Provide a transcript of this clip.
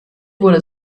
wurde